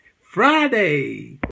Friday